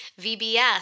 VBS